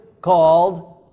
called